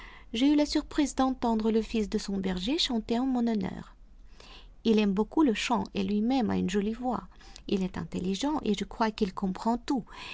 j'ai eu la surprise d'entendre le fils de son berger chanter en mon honneur il aime beaucoup le chant et lui-même a une jolie voix il est intelligent et je crois qu'il comprend tout